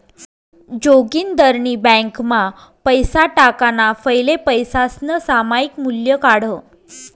जोगिंदरनी ब्यांकमा पैसा टाकाणा फैले पैसासनं सामायिक मूल्य काढं